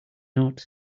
not